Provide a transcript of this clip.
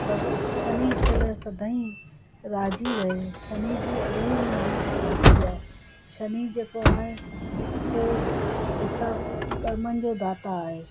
भग शनि शल सदाई राज़ी रहे शनि जी इलाही महिमा ॿुधी आहे शनि जेको आहे सो हिसाब कर्मनि जो दाता आहे